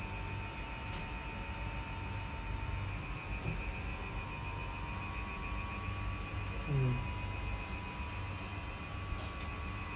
mm